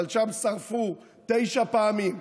אבל שם שרפו תשע פעמים,